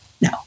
No